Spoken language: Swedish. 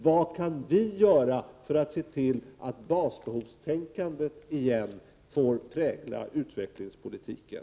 Vad kan vi göra för att se till, att basbehovstänkandet återigen får prägla utvecklingspolitiken?